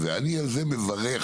אני על זה מברך,